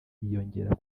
yiyongera